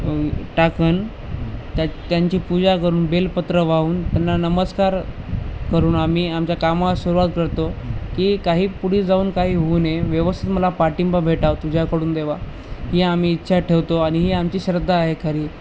टाकून त्या त्यांची पूजा करून बेलपत्र वाहून त्यांना नमस्कार करून आम्ही आमच्या कामाला सुरुवात करतो की काही पुढे जाऊन काही होऊ नये व्यवस्थित मला पाठिंबा भेटावा तुझ्याकडून देवा ही आम्ही इच्छा ठेवतो आणि ही आमची श्रद्धा आहे खरी